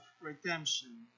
redemption